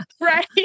right